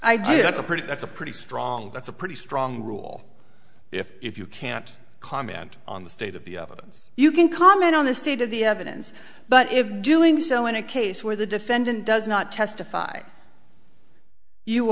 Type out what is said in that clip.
of a pretty that's a pretty strong that's a pretty strong rule if if you can't comment on the state of the evidence you can comment on the state of the evidence but if doing so in a case where the defendant does not testify you